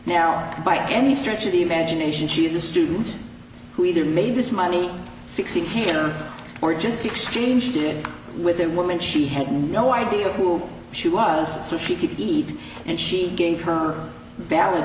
now by any stretch of the imagination she's a student who either made this money fixing dinner or just exchange did with that woman she had no idea who she was so she could eat and she gave her valid